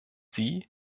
sie